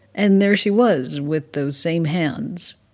and there she was, with those same hands,